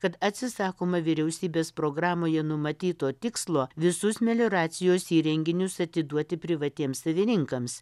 kad atsisakoma vyriausybės programoje numatyto tikslo visus melioracijos įrenginius atiduoti privatiems savininkams